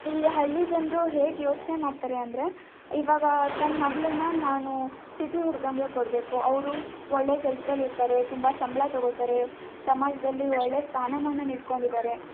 ಈ ಹಳ್ಳಿ ಜನರು ಹೇಗೆ ಯೋಚನೆ ಮಾಡ್ತಾರೆ ಅಂದರೆ ಈವಾಗ ತನ್ನ ಮಗಳನ್ನು ನಾನು ಸಿಟಿ ಹುಡುಗನಿಗೇ ಕೊಡಬೇಕು ಅವರು ಒಳ್ಳೆಯ ಕೆಲಸದಲ್ಲಿರ್ತಾರೆ ತುಂಬ ಸಂಬಳ ತಗೋತಾರೆ ಸಮಾಜದಲ್ಲಿ ಒಳ್ಳೆಯ ಸ್ಥಾನಮಾನಾನ ಇಟ್ಕೊಂಡಿದ್ದಾರೆ